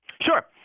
Sure